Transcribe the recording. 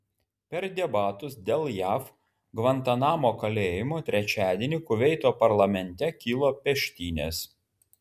per debatus dėl jav gvantanamo kalėjimo trečiadienį kuveito parlamente kilo peštynės